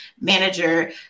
manager